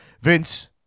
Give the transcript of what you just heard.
Vince